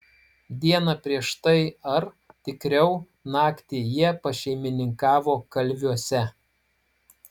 dieną prieš tai ar tikriau naktį jie pašeimininkavo kalviuose